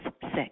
six